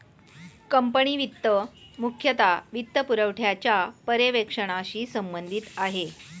company वित्त मुख्यतः वित्तपुरवठ्याच्या पर्यवेक्षणाशी संबंधित आहे